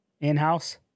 in-house